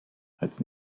als